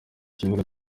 kibuga